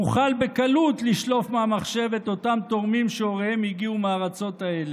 נוכל בקלות לשלוף מהמחשב את אותם תורמים שהוריהם הגיעו מארצות האלה.